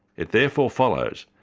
it therefore follows,